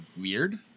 weird